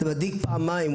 מדאיג בכמה היבטים.